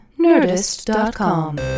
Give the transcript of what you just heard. Nerdist.com